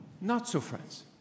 not-so-friends